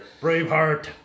Braveheart